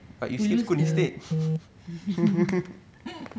to lose the